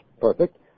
perfect